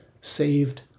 saved